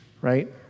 right